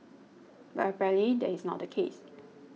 but apparently that is not the case